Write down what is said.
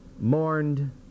mourned